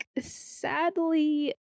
sadly